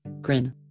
Grin